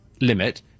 limit